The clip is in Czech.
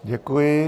Děkuji.